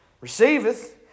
receiveth